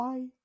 Bye